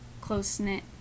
close-knit